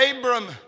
Abram